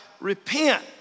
repent